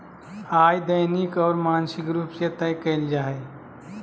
आय दैनिक और मासिक रूप में तय कइल जा हइ